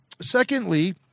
secondly